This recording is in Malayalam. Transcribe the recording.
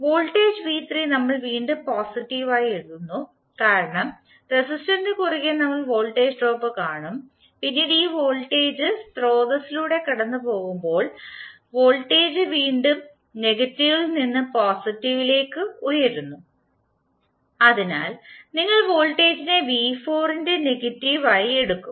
വോൾട്ടേജ് v3 നമ്മൾ വീണ്ടും പോസിറ്റീവ് ആയി എഴുതുന്നു കാരണം റെസിസ്റ്ററിനു കുറുകെ നമ്മൾ വോൾട്ടേജ് ഡ്രോപ്പ് കാണും പിന്നീട് ഈ വോൾട്ടേജ് സ്രോതസ്സിലൂടെ കടന്നുപോകുമ്പോൾ വോൾട്ടേജ് വീണ്ടും നെഗറ്റീവിൽ നിന്ന് പോസിറ്റീവിലേക്ക് ഉയരുന്നു അതിനാൽ നിങ്ങൾ വോൾട്ടേജിനെ v4 ഇന്റെനെഗറ്റീവ് ആയി എടുക്കുന്നു